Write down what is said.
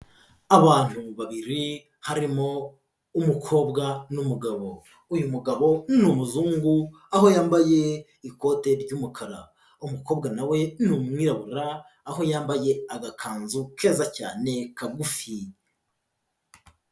Abantu babiri harimo umukobwa n'umugabo, uyu mugabo ni umuzungu aho yambaye ikote ry'umukara, umukobwa na we ni umwirabura aho yambaye agakanzu keza cyane kagufi.